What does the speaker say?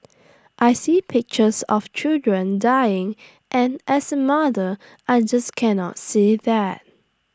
I see pictures of children dying and as A mother I just can not see that